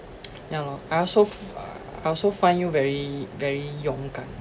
ya lor I also f~ I also find you very very 勇敢